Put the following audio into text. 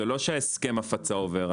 זה לא שהסכם ההפצה עובר,